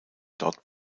dort